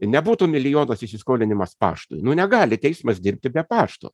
nebūtų milijonas įsiskolinimas paštui nu negali teismas dirbti be pašto